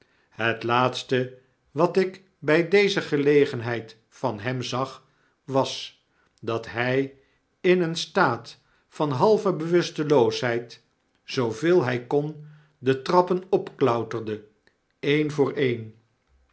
het laatste wat ik by deze gelegenheid van hem zag was dat hy in een staat van halve bewusteloosheid zooveel hy kon de trappen opklauterde een voor een